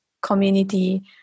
community